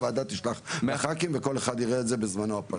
הוועדה תשלח לח"כים וכל אחד יראה את זה בזמנו הפנוי.